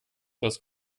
das